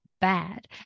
bad